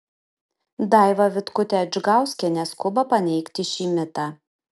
daiva vitkutė adžgauskienė skuba paneigti šį mitą